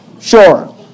sure